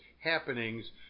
happenings